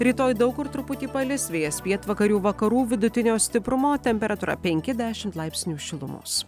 rytoj daug kur truputį palis vėjas pietvakarių vakarų vidutinio stiprumo temperatūra penki dešimt laipsnių šilumos